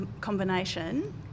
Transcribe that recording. combination